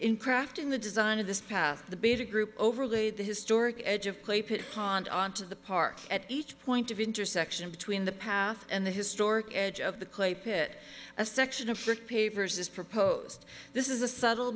in crafting the design of this past the beta group overlay the historic edge of clay pit pond on to the park at each point of intersection between the path and the historic edge of the clay pit a section of frick pavers is proposed this is a subtle